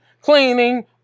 cleaning